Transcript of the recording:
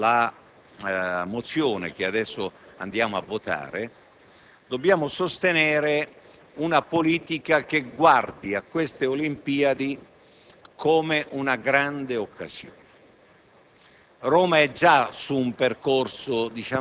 Da questo punto di vista penso che noi, nel sostenere la candidatura, come dobbiamo, con la coralità con cui abbiamo firmato la mozione che adesso andiamo a votare,